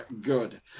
good